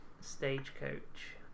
stagecoach